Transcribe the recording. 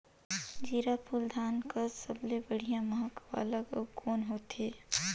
जीराफुल धान कस सबले बढ़िया महक वाला अउ कोन होथै?